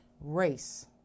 Race